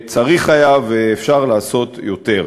צריך ואפשר לעשות יותר.